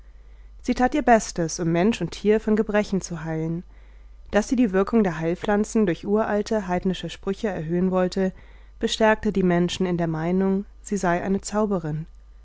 sie tat ihr bestes um mensch und tier von gebrechen zu heilen daß sie die wirkung der heilpflanzen durch uralte heidnische sprüche erhöhen wollte bestärkte die menschen in der meinung sie sei eine zauberin